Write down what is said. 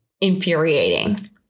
infuriating